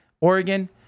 Oregon